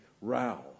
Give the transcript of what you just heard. row